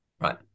Right